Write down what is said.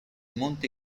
monte